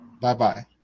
Bye-bye